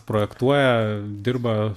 projektuoja dirba